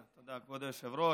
כבוד היושב-ראש,